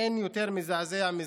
אין יותר מזעזע מזה.